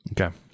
Okay